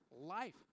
life